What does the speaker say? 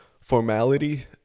formality